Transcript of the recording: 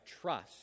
trust